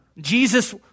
Jesus